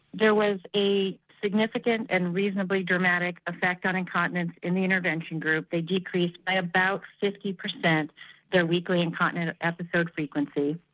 there was a significant and reasonably dramatic effect on incontinence in the intervention group they decreased by about fifty percent their weekly incontinence episode frequency.